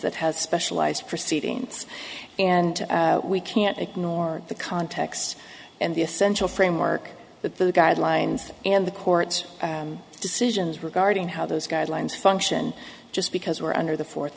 that has specialized proceedings and we can't ignore the context and the essential framework that the guidelines and the court's decisions regarding how those guidelines function just because we're under the fourth